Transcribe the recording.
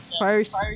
first